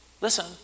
listen